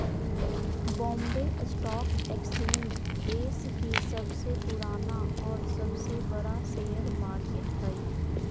Bombay stock exchange देश के सबसे पुराना और सबसे बड़ा शेयर मार्केट हइ